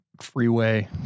freeway